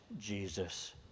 Jesus